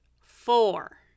four